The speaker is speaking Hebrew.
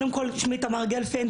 שמי תמר גלפנד,